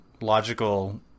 logical